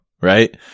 right